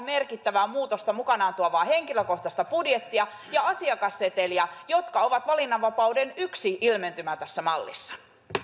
merkittävää muutosta mukanaan tuovaa henkilökohtaista budjettia ja asiakasseteliä jotka ovat valinnanvapauden yksi ilmentymä tässä mallissa